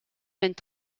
vingt